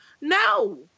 No